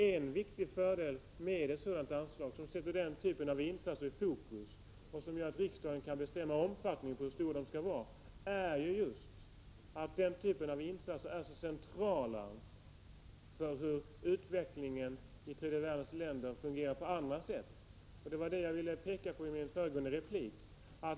En stor fördel med ett sådant anslag, som sätter den här typen av insatser i fokus och som gör att riksdagen kan bestämma omfattningen, är just att sådana här insatser är så centrala för utvecklingen i tredje världens länder också i andra avseenden. Det var detta som jag ville peka på i min föregående replik.